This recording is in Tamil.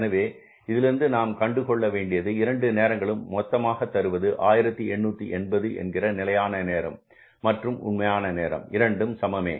எனவே நாம் இதிலிருந்து கண்டு கொள்ளவேண்டியது இரண்டு நேரங்களும் மொத்தமாக தருவது 1880 என்கிற நிலையான நேரம் மற்றும் உண்மையான நேரம் இரண்டும் சமமே